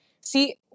See